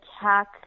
attack